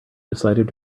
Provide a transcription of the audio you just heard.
decided